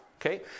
Okay